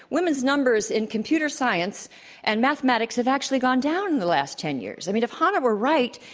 women's numbers in computer science and mathematics have actually gone down in the last ten years. i mean, if hanna were right,